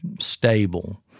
stable